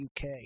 UK